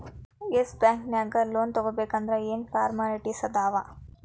S Bank ನ್ಯಾಗ್ loan ತಗೊಬೇಕಂದ್ರ ಏನೇನ್ ಫಾರ್ಮ್ಯಾಲಿಟಿಸ್ ಅದಾವ?